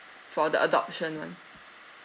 for the adoption one